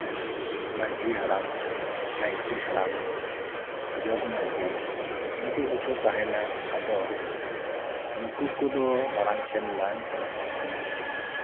ᱢᱟᱹᱡᱷᱤ ᱦᱟᱲᱟᱢ ᱱᱟᱭᱠᱮ ᱦᱟᱲᱟᱢ ᱡᱩᱜᱽ ᱢᱟᱹᱡᱷᱤ ᱱᱩᱠᱩ ᱠᱚᱠᱚ ᱛᱟᱦᱮᱱᱟ ᱟᱫᱚ ᱱᱩᱠᱩ ᱠᱚᱫᱚ ᱢᱟᱲᱟᱝ ᱥᱮᱱ ᱢᱟᱹᱱ ᱠᱚ ᱧᱟᱢᱮᱜ ᱛᱟᱦᱮᱱ